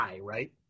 right